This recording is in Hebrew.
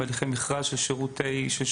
בהליכי מכרז של שירות המדינה,